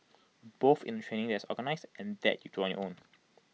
both in the training is organised and that you do on your own